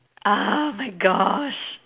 oh my gosh